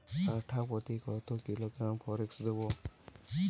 কাঠাপ্রতি কত কিলোগ্রাম ফরেক্স দেবো?